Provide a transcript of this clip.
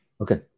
Okay